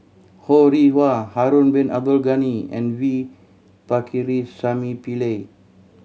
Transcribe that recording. Ho Rih Hwa Harun Bin Abdul Ghani and V Pakirisamy Pillai